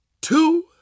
two